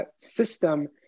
system